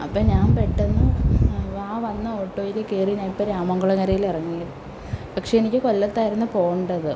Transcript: അപ്പോൾ ഞാൻ പെട്ടെന്ന് ആ വന്ന ഓട്ടോയിൽ കയറി ഞാൻ ഇപ്പോൾ രാമൻകുളങ്ങരയിൽ ഇറങ്ങി പക്ഷെ എനിക്ക് കൊല്ലത്തായിരുന്നു പോവേണ്ടത്